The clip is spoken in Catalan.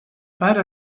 para